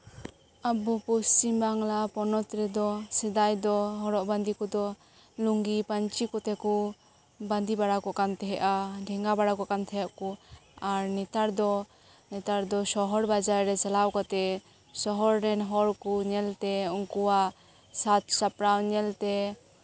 ᱟᱵᱚ ᱯᱚᱥᱪᱷᱤᱢ ᱵᱟᱝᱞᱟ ᱯᱚᱱᱚᱛ ᱨᱮᱫᱚ ᱥᱮᱫᱟᱭ ᱫᱚ ᱦᱚᱨᱚᱜ ᱵᱟᱫᱮᱸ ᱠᱚᱫᱚ ᱞᱩᱝᱜᱤ ᱯᱟᱹᱧᱪᱤ ᱠᱚᱛᱮ ᱠᱚ ᱵᱟᱸᱫᱮ ᱵᱟᱲᱟ ᱠᱚᱜ ᱠᱟᱱ ᱛᱟᱦᱮᱱᱟ ᱰᱮᱝᱜᱟ ᱵᱟᱲᱟ ᱠᱚᱜ ᱠᱟᱱ ᱛᱟᱦᱮᱸᱫ ᱠᱚ ᱟᱨ ᱱᱮᱛᱟᱨ ᱫᱚ ᱥᱚᱦᱚᱨ ᱵᱟᱡᱟᱨ ᱨᱮ ᱪᱟᱞᱟᱣ ᱠᱟᱛᱮᱫ ᱥᱚᱦᱚᱨ ᱨᱮᱱ ᱦᱚᱲ ᱠᱚ ᱧᱮᱞ ᱛᱮ ᱩᱱᱠᱩᱣᱟ ᱥᱟᱡ ᱥᱟᱯᱲᱟᱣ ᱧᱮᱞᱛᱮ